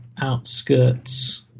outskirts